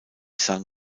san